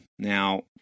Now